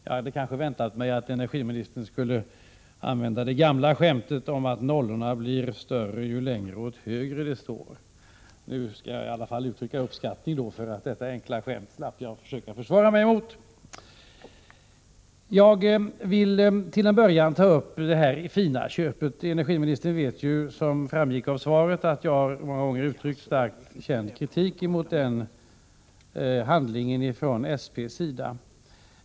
Jag hade kanske väntat mig att energiministern skulle använda det gamla skämtet om att nollorna blir större ju längre åt höger de står. Nu får jag uttrycka min uppskattning över att jag slapp försöka försvara mig mot detta enkla skämt. Till att börja med vill jag sedan ta upp Fina-köpet. Energiministern vet, som framgick av svaret, att jag många gånger har uttryckt starkt känd kritik mot denna handling från SP:s sida.